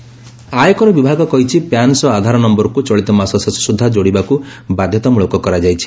PAN Aadhaar ଆୟକର ବିଭାଗ କହିଛି ପ୍ୟାନ୍ ସହ ଆଧାର ନମ୍ଘରକୁ ଚଳିତ ମାସ ଶେଷ ସୁଦ୍ଧା ଯୋଡ଼ିବାକୁ ବାଧ୍ୟତାମୂଳକ କରାଯାଇଛି